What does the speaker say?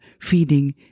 feeding